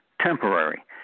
Temporary